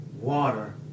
water